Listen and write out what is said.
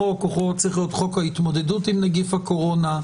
החוק צריך להיות חוק ההתמודדות עם נגיף הקורונה,